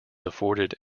afforded